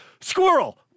squirrel